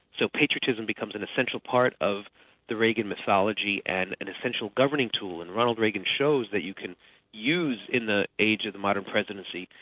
so patriotism becomes an essential part of the reagan mythology and an essential governing tool and ronald reagan shows that you can use. in the age of modern presidency,